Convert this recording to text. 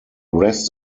rest